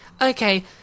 okay